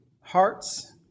hearts